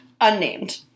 Unnamed